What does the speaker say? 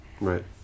right